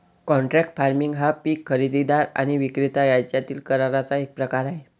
contract farming हा पीक खरेदीदार आणि विक्रेता यांच्यातील कराराचा एक प्रकार आहे